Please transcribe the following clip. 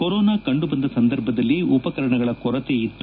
corona ಕಂಡುಬಂದ ಸಂದರ್ಭದಲ್ಲಿ ಉಪಕರಣಗಳ ಕೊರತೆ ಇತ್ತು